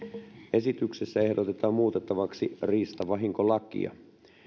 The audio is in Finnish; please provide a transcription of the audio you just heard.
esityksessä ehdotetaan muutettavaksi riistavahinkolakia